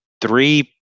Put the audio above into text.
three